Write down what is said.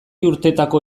urtetako